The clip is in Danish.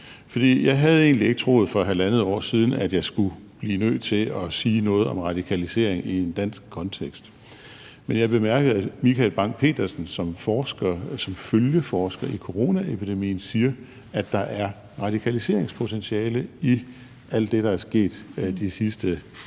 jeg havde egentlig ikke troet for halvandet år siden, at jeg skulle blive nødt til at sige noget om radikalisering i en dansk kontekst, men jeg har bemærket, at Michael Bang Petersen, som følgeforsker i coronaepidemien, siger, at der er radikaliseringspotentiale i alt det, der er sket de sidste